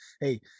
hey